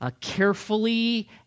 carefully